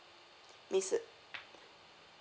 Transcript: mister